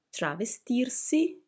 travestirsi